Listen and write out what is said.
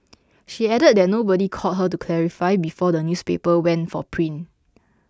she added that nobody called her to clarify before the newspaper went for print